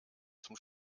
zum